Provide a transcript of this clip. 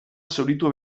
zuritu